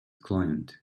client